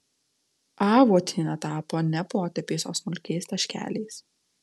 avuotinia tapo ne potėpiais o smulkiais taškeliais